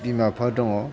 बिमा बिफा दङ